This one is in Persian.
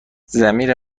ضمیر